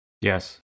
Yes